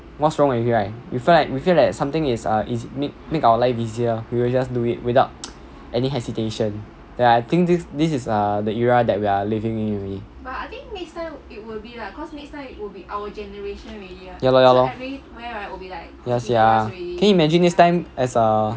whats wrong with it right you feel like we feel that something is a is make our life easier we will just do it without any hesitation ya I think this is this is err the era we are living in already ya lor ya lor ya sia can you imagine next time as a